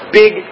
big